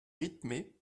rythmé